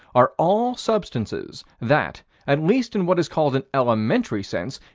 are all substances, that, at least in what is called an elementary sense,